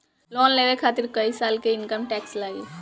Loan लेवे खातिर कै साल के इनकम टैक्स लागी?